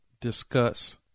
discuss